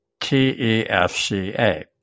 TEFCA